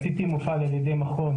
ה-CT מופעל על ידי מכון